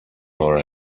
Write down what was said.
nor